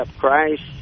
Christ